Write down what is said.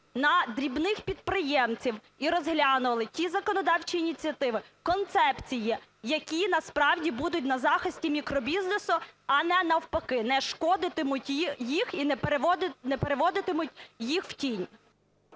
на дрібних підприємців і розглянули ті законодавчі ініціативи, концепції, які насправді будуть на захисті мікробізнесу, а не, навпаки, не шкодитимуть їм і переводитимуть їх в тінь.